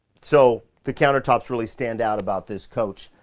so, the countertops really stand out about this coach.